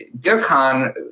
Gurkhan